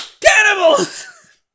Cannibals